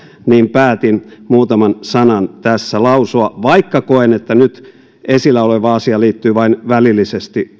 päätin muutaman sanan tässä lausua vaikka koen että nyt esillä oleva asia liittyy vain välillisesti